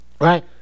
Right